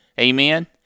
amen